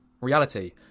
Reality